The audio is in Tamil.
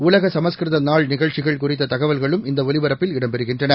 உலகசமஸ்கிருதநாள்நிகழ்ச்சிகள்குறித்ததகவல்களும்இந்தஒ லிபரப்பில்இடம்பெறுகின்றன